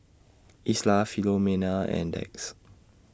Isla Filomena and Dax